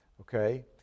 okay